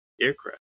aircraft